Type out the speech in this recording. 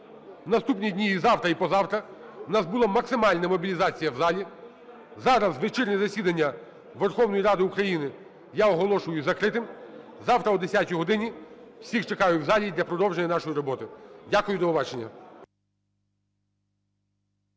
в наступні дні і завтра, і позавтра у нас була максимальна мобілізація в залі. Зараз вечірнє засідання Верховної Ради України я оголошую закритим. Завтра о 10 годині всіх чекаю в залі для продовження нашої роботи. Дякую. До